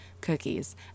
cookies